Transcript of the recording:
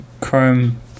Chrome